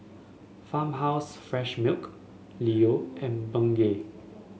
Farmhouse Fresh Milk Leo and Bengay